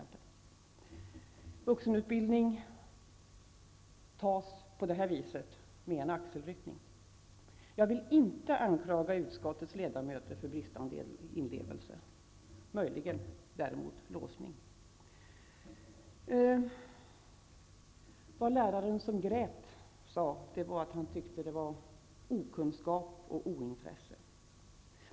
Vuxenutbildningen tas med andra ord med en axelryckning. Jag vill inte anklaga utskottets ledamöter för bristande inlevelse, möjligen för låsningar. Läraren som grät sade att propositionen var bevis på okunskap och ointresse.